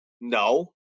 no